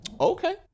Okay